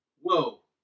whoa